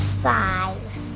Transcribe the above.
size